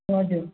हजुर